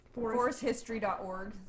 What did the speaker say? foresthistory.org